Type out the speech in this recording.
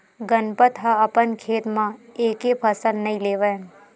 गनपत ह अपन खेत म एके फसल नइ लेवय